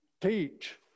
teach